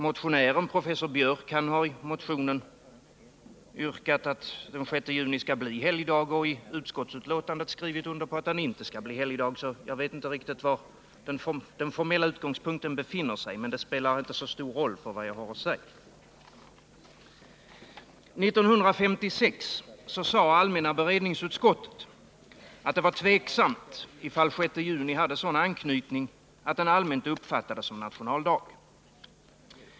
Motionären, professor Biörck i Värmdö, har nämligen i motionen yrkat att den 6 juni skall bli helgdag, medan han i utskottsbetänkandet har skrivit under på att den 6 juni inte bör bli det. Så jag vet inte riktigt var den formella utgångspunkten befinner sig, men det spelar inte så stor roll för vad jag har att säga. 1956 sade allmänna beredningsutskottet att det var tveksamt om 6 juni hade sådan anknytning att den allmänt uppfattades som nationaldag.